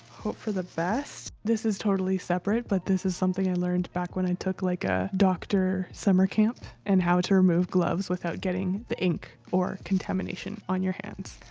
hope for the best. this is totally separate, but, this is something i learned back when i took like a doctor summer camp and how to remove gloves without getting the ink or contamination on your hands.